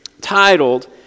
titled